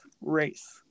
race